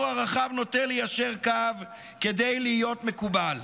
הרחב נוטה ליישר קו כדי להיות מקובל,